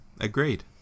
agreed